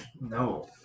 no